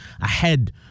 ahead